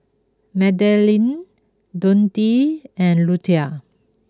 Madelene Dontae and Luther